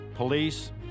police